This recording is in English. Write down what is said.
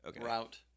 Route